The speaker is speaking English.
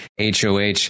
HOH